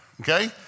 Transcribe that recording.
okay